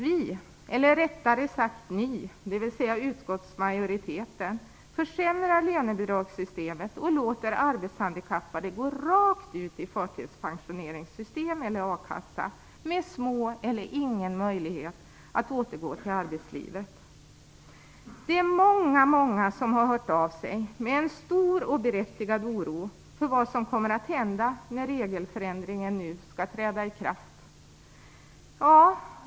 Vi, eller rättare sagt ni, dvs. utskottsmajoriteten försämrar lönebidragssystemet och låter arbetshandikappade gå rakt ut i förtidspensioneringssystem eller a-kassa med liten eller ingen möjlighet att återgå till arbetslivet. Det är många, många som har hört av sig med stor och berättigad oro för vad som kommer att hända när regelförändringen skall träda i kraft.